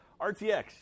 RTX